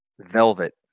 Velvet